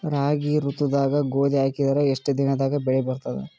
ರಾಬಿ ಋತುದಾಗ ಗೋಧಿ ಹಾಕಿದರ ಎಷ್ಟ ದಿನದಾಗ ಬೆಳಿ ಬರತದ?